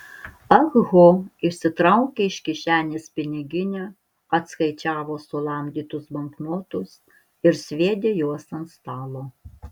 ah ho išsitraukė iš kišenės piniginę atskaičiavo sulamdytus banknotus ir sviedė juos ant stalo